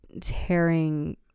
tearing